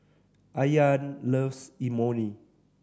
Ayaan loves Imoni